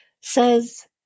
says